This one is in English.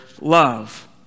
love